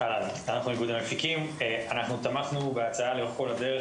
אנחנו איגוד המפיקים תמכנו בהצעה לאורך כל הדרך